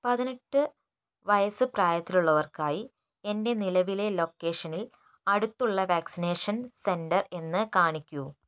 പതിനെട്ട് വയസ്സ് പ്രായത്തിലുള്ളവർക്കായി എൻ്റെ നിലവിലെ ലൊക്കേഷനിൽ അടുത്തുള്ള വാക്സിനേഷൻ സെൻറ്റർ എന്നെ കാണിക്കൂ